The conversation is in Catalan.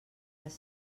les